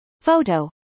Photo